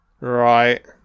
Right